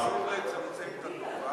תוכלו אולי לצמצם את התופעה?